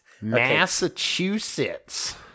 Massachusetts